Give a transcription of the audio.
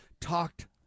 talked